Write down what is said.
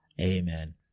amen